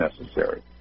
necessary